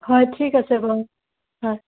হয় ঠিক আছে বাও হয়